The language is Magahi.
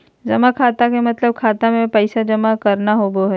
जमा खाता के मतलब खाता मे पैसा जमा करना होवो हय